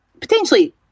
potentially